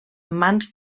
mans